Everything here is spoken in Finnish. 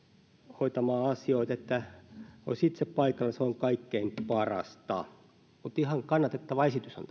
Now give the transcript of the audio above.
hoitamaan asioita eli se että olisi itse paikalla on kaikkein parasta mutta ihan kannatettava esityshän